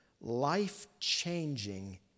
life-changing